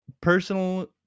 personal